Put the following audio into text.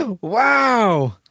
Wow